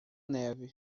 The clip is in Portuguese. neve